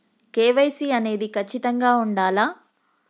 KYC అనేది ఖచ్చితంగా ఉండాలా?